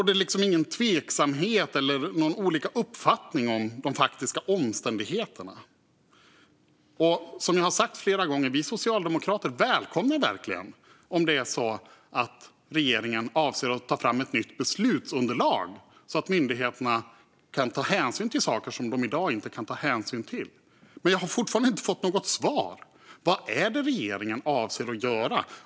Det råder ingen tvekan eller några olika uppfattningar om de faktiska omständigheterna. Som jag sagt flera gånger välkomnar vi socialdemokrater verkligen om regeringen avser att ta fram ett nytt beslutsunderlag så att myndigheterna kan ta hänsyn till saker som de i dag inte kan ta hänsyn till. Men jag har fortfarande inte fått något svar: Vad är det regeringen avser att göra?